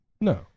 No